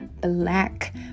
black